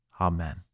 amen